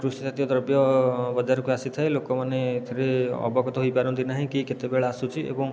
କୃଷିଜାତୀୟ ଦ୍ରବ୍ୟ ବଜାରକୁ ଆସିଥାଏ ଲୋକମାନେ ଏଥିରେ ଅବଗତ ହେଇପାରନ୍ତି ନାହିଁ କିଏ କେତେବେଳେ ଆସୁଚି ଏବଂ